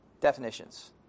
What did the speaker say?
definitions